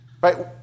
Right